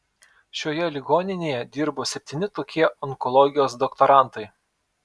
šioje ligoninėje dirbo septyni tokie onkologijos doktorantai